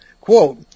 Quote